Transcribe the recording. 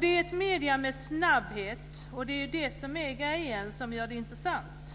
Det är ett medie med snabbhet, och det är det som är grejen och som gör det intressant.